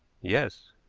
yes.